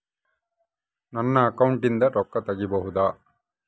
ನನ್ನ ಅಕೌಂಟಿಂದ ರೊಕ್ಕ ತಗಿಬಹುದಾ?